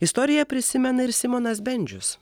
istoriją prisimena ir simonas bendžius